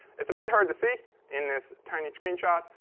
it's a bit hard to see in this tiny screenshot,